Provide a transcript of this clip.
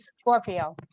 Scorpio